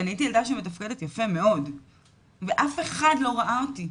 ואני הייתי ילדה שמתפקדת יפה מאוד ואף אחד לא ראה אותי,